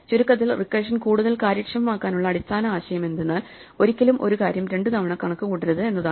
ചുരുക്കത്തിൽ റിക്കർഷൻ കൂടുതൽ കാര്യക്ഷമമാക്കാനുള്ള അടിസ്ഥാന ആശയം എന്തെന്നാൽ ഒരിക്കലും ഒരു കാര്യം രണ്ടുതവണ കണക്കുകൂട്ടരുത് എന്നതാണ്